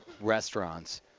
restaurants